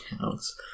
counts